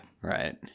Right